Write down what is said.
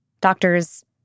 doctors